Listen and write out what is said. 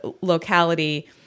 locality